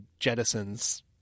jettisons